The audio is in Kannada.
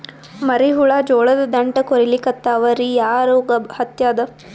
ಮರಿ ಹುಳ ಜೋಳದ ದಂಟ ಕೊರಿಲಿಕತ್ತಾವ ರೀ ಯಾ ರೋಗ ಹತ್ಯಾದ?